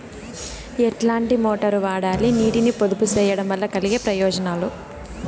ఎట్లాంటి మోటారు వాడాలి, నీటిని పొదుపు సేయడం వల్ల కలిగే ప్రయోజనాలు?